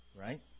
right